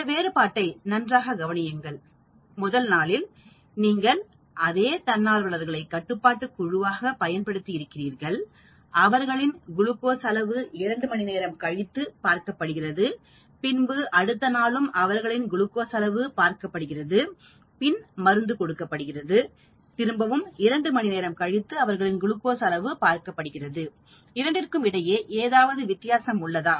இந்த வேறுபாட்டை நன்றாக கவனியுங்கள் முதல்நாளில் நீங்கள் அதே தன்னார்வலர்களை கட்டுப்பாட்டு குழுவாக பயன்படுத்தி இருக்கிறீர்கள் அவர்களின் குளுக்கோஸ் அளவு இரண்டு மணி நேரம் கழித்து பார்க்கப்படுகிறது பின்பு அடுத்த நாளும் அவர்களின் குளுக்கோஸ் அளவு பார்க்கப்படுகிறது பின் மருந்து கொடுக்கப்படுகிறது திரும்பவும் இரண்டு மணி நேரம் கழித்து குளுக்கோஸ் அளவு பார்க்கப்படுகிறது இரண்டிற்கும் இடையே ஏதாவது வித்தியாசம் உள்ளதா